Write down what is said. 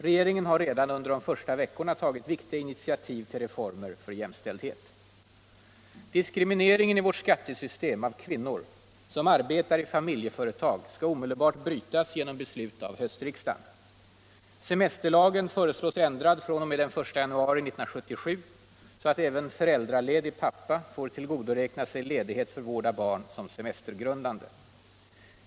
Regeringen har redan under de första veckorna tagit viktiga initiativ till reformer för jämställdhet. Diskrimineringen i vårt skattesystem av kvinnor som arbetar i familjeföretag skall omedelbart brytas genom beslut av höstriksdagen. Semesterlagen föreslås ändrad fr.o.m. den 1 januari 1977 så att även föräldraledig pappa får tillgodoräkna sig ledighet för vård av barn som semestergrundande.